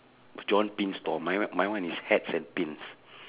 john pin store my one my one is hats and pins